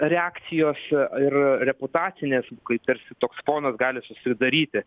reakcijos ir reputacinės kai tarsi toks fonas gali susidaryti